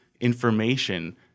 information